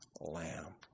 lamb